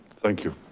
thank you.